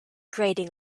grating